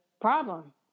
problem